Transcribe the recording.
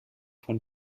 von